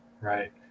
right